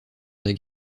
des